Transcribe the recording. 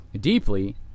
deeply